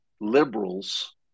liberals